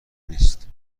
نیست